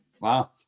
Wow